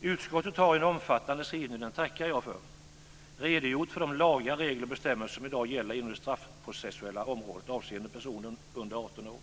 Utskottet har i en omfattande skrivning - den tackar jag för - redogjort för de lagar, regler och bestämmelser som i dag gäller inom det straffprocessuella området avseende personer under 18 år.